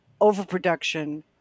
overproduction